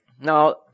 Now